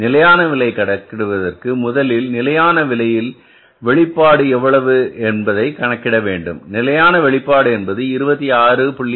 நிலையான விலை கணக்கிடுவதற்கு முதலில் நிலையான விலையில் வெளிப்பாடு எவ்வளவு என்பதை கணக்கிட வேண்டும் நிலையான வெளிப்பாடு என்பது 26